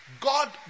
God